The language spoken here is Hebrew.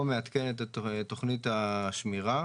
או שהיא מעדכנת את תוכנית השמירה,